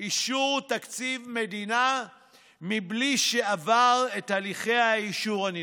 אישור תקציב מדינה בלי שעבר את הליכי האישור הנדרשים".